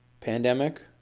pandemic